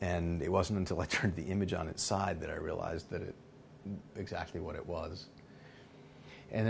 and it wasn't until i turned the image on its side that i realised that it exactly what it was and